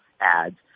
ads